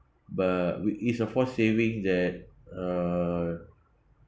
but w~ it's a forced savings that uh